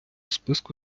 списку